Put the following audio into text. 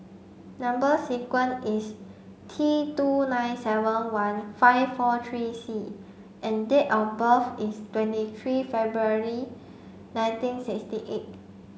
number sequence is T two nine seven one five four three C and date of birth is twenty three February nineteen sixty eight